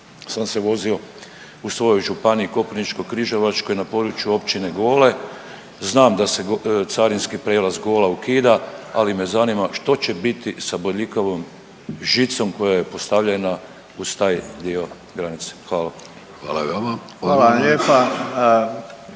sam se vozio u svojoj županiji Koprivničko-križevačkoj na području općine Gole. Znam da se carinski prijelaz Gola ukida, ali me zanima što će biti sa bodljikavom žicom koja je postavljena uz taj dio granice. Hvala. **Vidović, Davorko